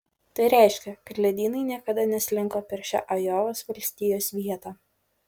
tai reiškia kad ledynai niekada neslinko per šią ajovos valstijos vietą